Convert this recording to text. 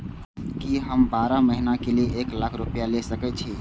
की हम बारह महीना के लिए एक लाख रूपया ले सके छी?